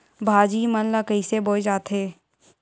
भाजी मन ला कइसे बोए जाथे?